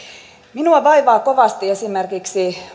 minua vaivaa kovasti esimerkiksi